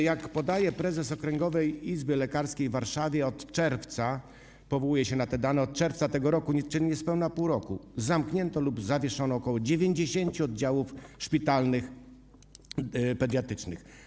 Jak podaje prezes Okręgowej Izby Lekarskiej w Warszawie - powołuję się na te dane - od czerwca tego roku, czyli od niespełna pół roku, zamknięto lub zawieszono ok. 90 oddziałów szpitalnych pediatrycznych.